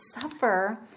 suffer